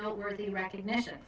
noteworthy recognition